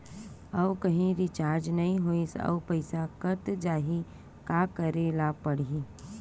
आऊ कहीं रिचार्ज नई होइस आऊ पईसा कत जहीं का करेला पढाही?